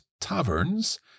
taverns